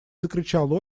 закричал